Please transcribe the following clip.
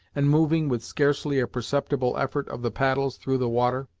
and moving, with scarcely a perceptible effort of the paddles, through the water.